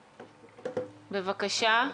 בבקשה.